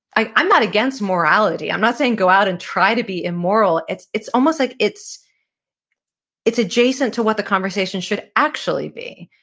i'm i'm not against morality. i'm not saying go out and try to be immoral. it's it's almost like it's it's adjacent to what the conversation should actually be.